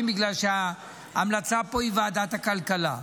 בגלל שההמלצה פה היא ועדת הכלכלה.